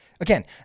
Again